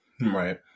right